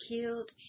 killed